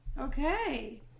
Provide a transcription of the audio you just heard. Okay